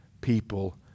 people